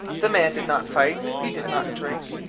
the man did not fight, he did not drink,